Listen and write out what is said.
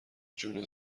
جون